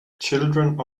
children